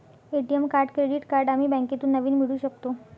ATM card credit card आम्ही बँकेतून नवीन मिळवू शकतो